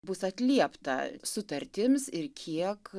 bus atliepta sutartims ir kiek